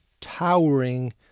towering